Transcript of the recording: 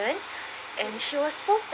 and she was so